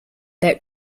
der